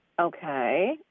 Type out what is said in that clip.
Okay